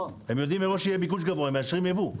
יודעים מראש שיהיה ביקוש גבוה ומאשרים ייבוא.